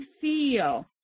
feel